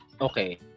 okay